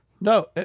no